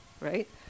Right